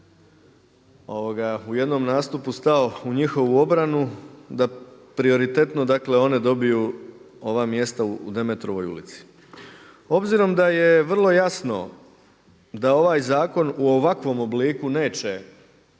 u jednom nastupu stao u njihovu obranu da prioritetno dakle one dobiju ova mjesta u Demetrovoj ulici. Obzirom da je vrlo jasno da ovaj zakon u ovakvom obliku neće